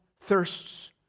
thirsts